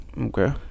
Okay